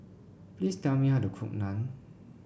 please tell me how to cook Naan